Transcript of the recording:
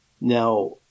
now